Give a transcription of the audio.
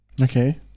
Okay